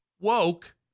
woke